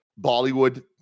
Bollywood